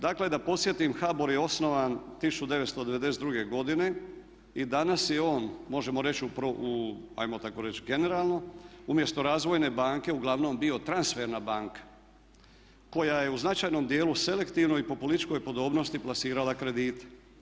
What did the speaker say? Dakle, da podsjetim HBOR je osnovan 1992. godine i danas je on možemo reći hajmo tako reći generalno umjesto razvojne banke uglavnom bio transferna banka koja je u značajnom dijelu, selektivno i po političkoj podobnosti plasirala kredite.